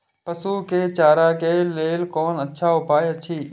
पशु के चारा के लेल कोन अच्छा उपाय अछि?